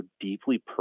deeply